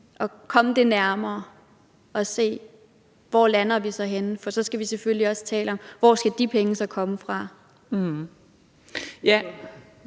at komme det nærmere og se, hvor vi så lander henne. For så skal vi selvfølgelig også tale om, hvor de penge skal komme fra.